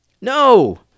no